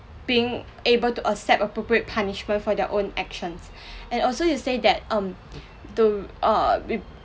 being able to accept appropriate punishment for their own actions and also you said that um to uh with